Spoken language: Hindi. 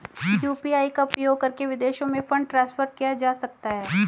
यू.पी.आई का उपयोग करके विदेशों में फंड ट्रांसफर किया जा सकता है?